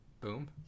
Boom